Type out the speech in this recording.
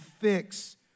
fix